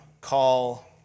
call